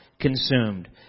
consumed